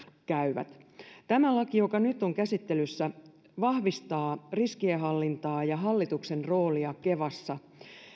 käyvät tämä laki joka nyt on käsittelyssä vahvistaa riskienhallintaa ja hallituksen roolia kevassa